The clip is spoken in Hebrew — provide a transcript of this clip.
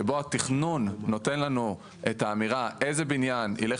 שבו התכנון נותן לנו את האמירה איזה בניין ילך